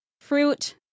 fruit